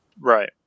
Right